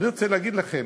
אני רוצה להגיד לכם,